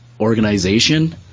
organization